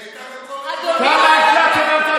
היא הייתה, כמה האינפלציה בארצות הברית?